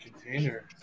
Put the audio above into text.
container